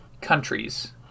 countries